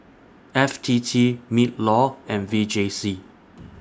F T T MINLAW and V J C